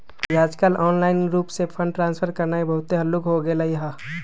याजकाल ऑनलाइन रूप से फंड ट्रांसफर करनाइ बहुते हल्लुक् हो गेलइ ह